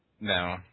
no